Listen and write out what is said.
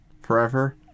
forever